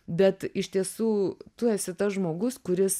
bet iš tiesų tu esi tas žmogus kuris